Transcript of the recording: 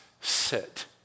sit